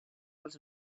als